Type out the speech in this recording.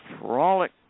frolic